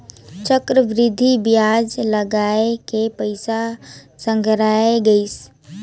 चक्रबृद्धि बियाज लगाय के पइसा संघरात गइस